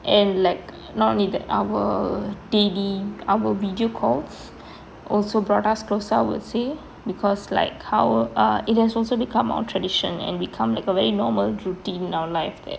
and like not need our daily our video calls also brought us closer I would say because like how ah it has also become our tradition and become like very normal routine in our life there